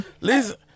listen